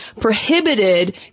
prohibited